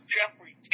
Jeffrey